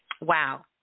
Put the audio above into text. wow